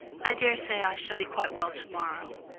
i daresay i shall be quite well to-morrow.